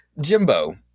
Jimbo